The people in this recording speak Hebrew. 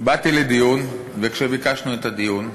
באתי לדיון, וכשביקשנו את הדיון,